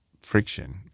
friction